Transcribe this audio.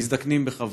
מזדקנים בכבוד.